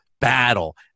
battle